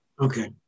Okay